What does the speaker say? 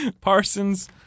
Parsons